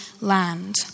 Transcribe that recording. land